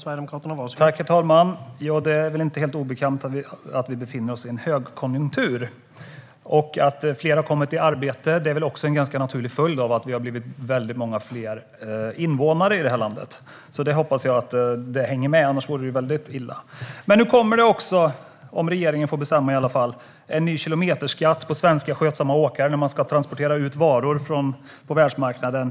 Herr talman! Ja, det är väl inte helt obekant att vi befinner oss i en högkonjunktur, och att fler har kommit i arbete är väl en ganska naturlig följd av att vi har blivit väldigt många fler invånare i det här landet. Jag hoppas att det hänger med, annars vore det väldigt illa. Men nu kommer det också, i alla fall om regeringen får bestämma, en ny kilometerskatt på skötsamma svenska åkare när de ska transportera ut varor på världsmarknaden.